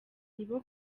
nibo